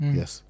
Yes